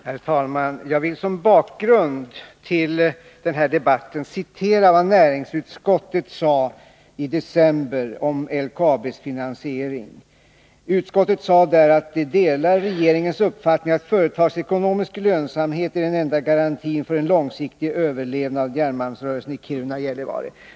Herr talman! Jag vill som bakgrund till den här debatten citera vad näringsutskottet sade i december om LKAB:s finansiering. Utskottet sade där att man delar ”regeringens uppfattning att företagsekonomisk lönsamhet är den enda garantin för en långsiktig överlevnad av järnmalmsrörelsen i Kiruna och Gällivare”.